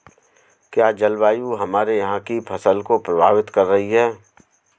क्या जलवायु हमारे यहाँ की फसल को प्रभावित कर रही है?